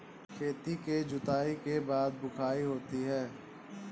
खेती की जुताई के बाद बख्राई होती हैं?